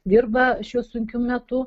dirba šiuo sunkiu metu